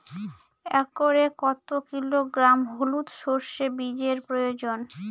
একরে কত কিলোগ্রাম হলুদ সরষে বীজের প্রয়োজন?